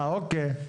בסדר.